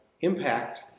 impact